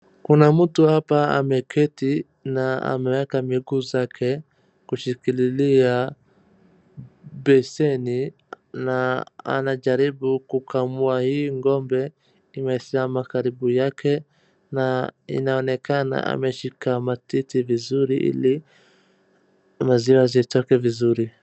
Kuna mtu hapa ameketi na ameweka miguu zake kushikilia beseni na anajaribu kukamua hii ng'ombe imesimama karibu yake na inaonekana ameshika matiti vizuri ili maziwa zitoke vizuri